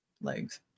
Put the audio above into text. legs